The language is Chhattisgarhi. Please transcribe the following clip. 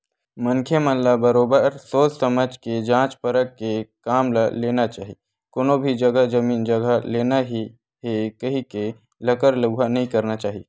मनखे मन ल बरोबर सोझ समझ के जाँच परख के काम ल लेना चाही कोनो भी जघा जमीन जघा लेना ही हे कहिके लकर लउहा नइ करना चाही